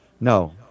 No